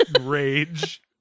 Rage